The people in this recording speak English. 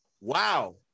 Wow